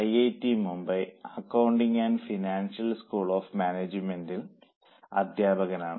IIT Mumbai accounting and finance school of management അധ്യാപകനാണ്